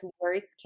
words